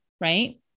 right